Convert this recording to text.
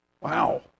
Wow